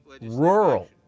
rural